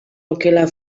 okela